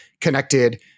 connected